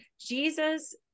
Jesus